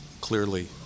clearly